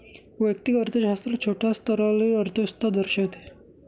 वैयक्तिक अर्थशास्त्र छोट्या स्तरावरील अर्थव्यवस्था दर्शविते